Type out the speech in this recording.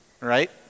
right